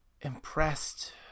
impressed